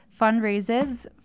fundraises